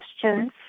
questions